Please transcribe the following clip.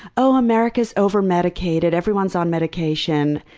ah america's over-medicated. everyone's on medication.